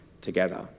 together